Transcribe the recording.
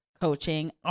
coaching